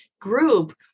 group